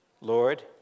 Lord